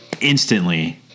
instantly